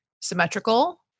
symmetrical